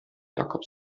jakob